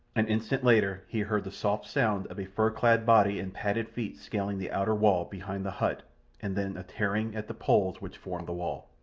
an instant later he heard the soft sound of a fur-clad body and padded feet scaling the outer wall behind the hut and then a tearing at the poles which formed the wall.